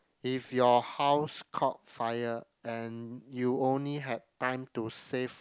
if your house caught fire and you only had time to save